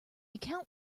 account